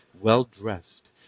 well-dressed